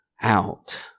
out